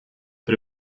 but